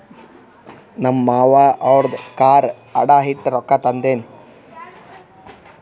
ನಮ್ ಮಾಮಾ ಅವಂದು ಕಾರ್ ಅಡಾ ಇಟ್ಟಿ ರೊಕ್ಕಾ ತಂದಾನ್